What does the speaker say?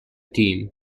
team